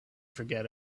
forget